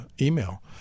email